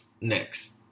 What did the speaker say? Next